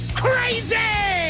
crazy